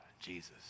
Jesus